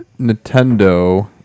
Nintendo